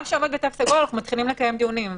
מה שעובד בתו סגול אנחנו מתחילים לקיים דיונים,